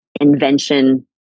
invention